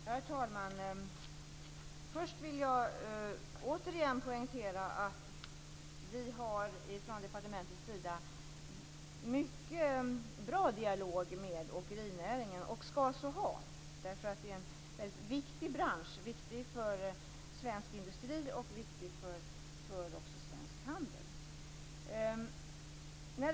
Herr talman! Först vill jag återigen poängtera att vi från departementets sida har en mycket bra dialog med åkerinäringen och skall så ha, eftersom det är en bransch som är mycket viktig för svensk industri och för svensk handel.